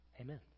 Amen